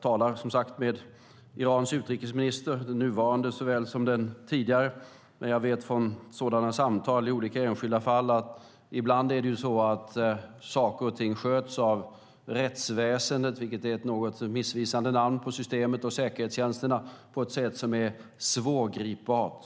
talar, som sagt, med Irans utrikesminister, den nuvarande såväl som den tidigare, men jag vet från sådana samtal i olika enskilda fall att saker och ting ibland sköts av rättsväsendet, vilket är ett något missvisande namn på systemet, och av säkerhetstjänsterna på ett sätt som är svårgripbart.